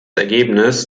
ergebnis